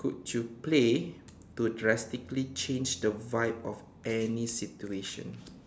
could you play to drastically to change the vibe of any situation